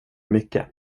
mycket